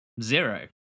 zero